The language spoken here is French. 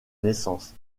naissance